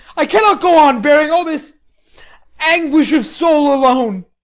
i cannot go on bearing all this anguish of soul alone.